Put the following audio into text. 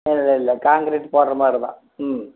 இல்லை இல்லை கான்கிரீட் போடுற மாதிரிதான் ம்